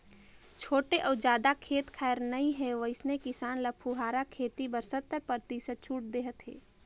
छोटे अउ जादा खेत खार नइ हे वइसने किसान ल फुहारा खेती बर सत्तर परतिसत छूट देहत हे